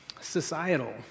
societal